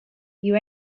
you